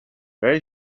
very